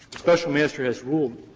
special master has ruled,